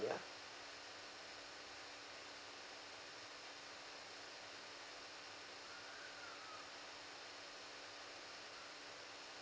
ya